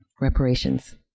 reparations